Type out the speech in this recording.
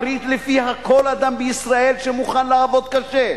הברית שלפיה כל אדם בישראל שמוכן לעבוד קשה,